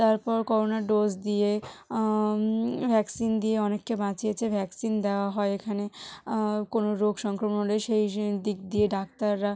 তারপর corona dose দিয়ে vaccine দিয়ে অনেককে বাঁচিয়েছে ভ্যাকসিন দেওয়া হয় এখানে কোনো রোগ সংক্রমণ হলে সেই সেদিক দিয়ে ডাক্তাররা